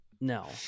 no